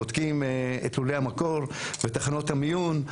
בודקים את לולי המקור ותחנות המיון.